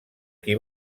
qui